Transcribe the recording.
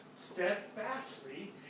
steadfastly